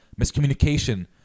miscommunication